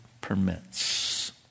permits